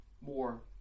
more